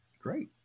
Great